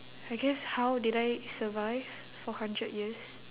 I guess how did I survive for hundred years